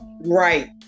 Right